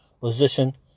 position